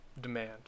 demand